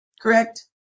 Correct